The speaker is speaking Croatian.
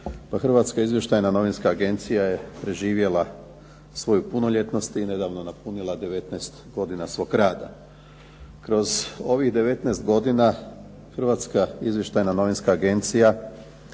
Hrvatska izvještajna novinska agencija je preživjela svoju punoljetnost i nedavno napunila 19 godina svog rada. Kroz ovih 19 godina Hrvatska izvještajna novinska agencija